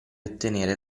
ottenere